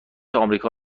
آمریکا